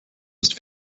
ist